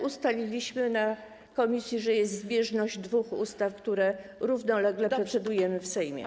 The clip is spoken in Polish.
Ustaliliśmy w komisji, że jest zbieżność dwóch ustaw, nad którymi równolegle procedujemy w Sejmie.